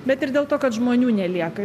bet ir dėl to kad žmonių nelieka